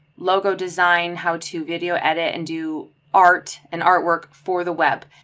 logo design, how to video, edit, and do art and artwork for the web.